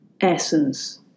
essence